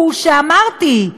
הוא שאמרתי,